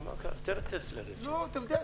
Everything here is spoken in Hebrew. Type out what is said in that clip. אני אשמח